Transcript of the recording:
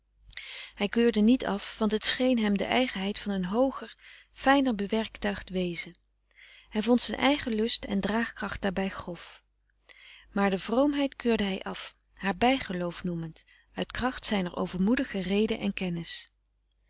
hij keurde niet af want het scheen hem de eigenheid van een hooger fijner bewerktuigd wezen hij vond zijn eigen lust en draagkracht daarbij grof maar de vroomheid keurde hij af haar bijgeloof noemend uit kracht zijner overmoedige rede en kennis